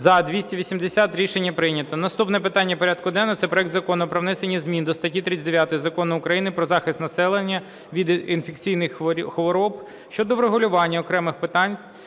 За-280 Рішення прийнято. Наступне питання порядку денного – це проект Закону про внесення змін до статті 39 Закону України "Про захист населення від інфекційних хвороб" щодо врегулювання окремих питань